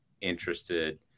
interested